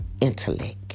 intellect